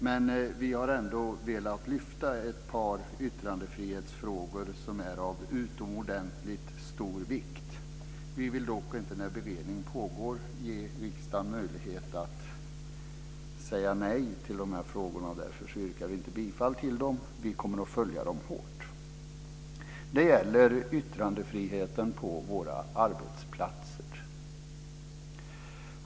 Men vi har ändå velat lyfta fram ett par yttrandefrihetsfrågor som är av utomordentligt stor vikt. Vi vill dock inte, när beredning pågår, ge riksdagen möjlighet att säga nej till de här reservationerna. Därför yrkar vi inte bifall till dem. Vi kommer att följa dem hårt. Det gäller yttrandefriheten på våra arbetsplatser.